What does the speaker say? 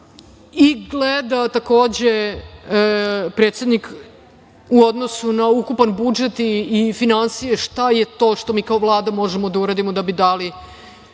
stvari. Takođe, predsednik gleda u odnosu na ukupan budžet i finansije šta je to što mi kao Vlada možemo da uradimo da bi dali